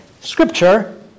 Scripture